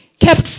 Kept